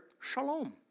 Shalom